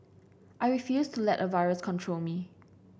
I refused to let a virus control me